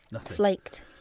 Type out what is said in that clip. flaked